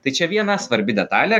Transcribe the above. tai čia viena svarbi detalė